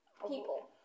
people